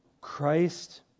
Christ